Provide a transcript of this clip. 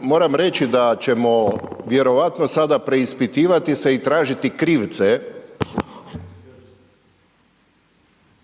Moram reći da ćemo vjerojatno sada preispitivati se i tražiti krivce